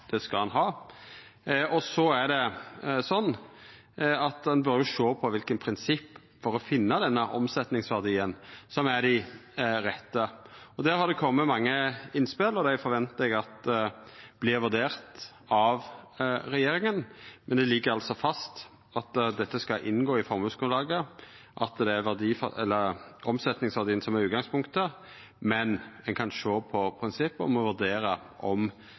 det skal ein ha. Så er det sånn at ein bør sjå på kva prinsipp for å finna denne omsetjingsverdien, som er dei rette. Der har det kome mange innspel, og dei forventar eg at vert vurderte av regjeringa. Det ligg altså fast at dette skal inngå i formuesgrunnlaget, og at det er omsetjingsverdien som er utgangspunktet, men ein kan sjå på prinsippet om å vurdera om